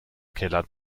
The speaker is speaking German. keller